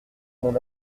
mon